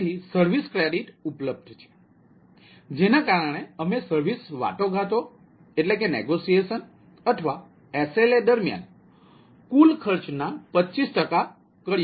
તેથી service credit ઉપલબ્ધ છે જેના કારણે અમે સર્વિસ વાટાઘાટો અથવા SLA દરમિયાન કુલ ખર્ચના 25 ટકા કરીએ છીએ